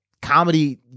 Comedy